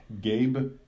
Gabe